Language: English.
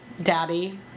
Daddy